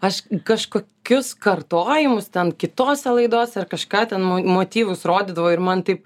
aš kažkokius kartojimus ten kitose laidose ar kažką ten mo motyvus rodydavo ir man taip